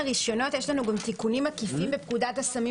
תודה רבה